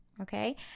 Okay